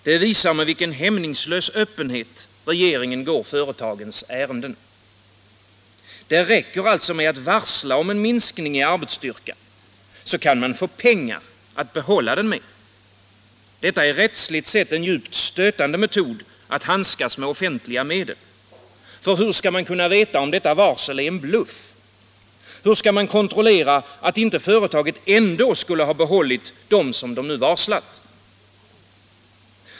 Det visar med vilken hämningslös öppenhet regeringen går företagens ärenden. Det räcker alltså med att varsla om en minskning av arbetsstyrkan för att få pengar att behålla de anställda med. Detta är rättsligt sett en djupt stötande metod att handskas med offentliga medel. Hur skall man veta om varslet är en bluff? Hur skall man kontrollera att inte företagen ändå skulle ha behållit dem som de varslat?